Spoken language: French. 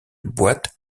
boite